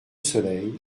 soleil